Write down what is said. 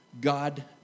God